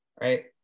right